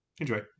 Enjoy